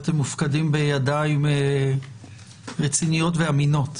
כך שאתם מופקדים בידיים רציניות ואמינות.